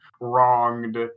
wronged